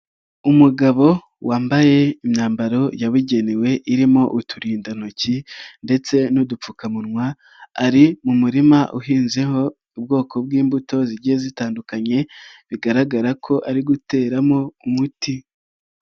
Umugabo wambaye imyambaro yabugenewe irimo uturindantoki ndetse n'udupfukamunwa ari mu murima uhinzeho ubwoko bw'imbuto zigiye zitandukanye bigaragara ko ari guteramo umuti.